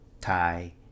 Thai